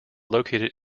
located